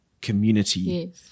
community